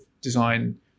design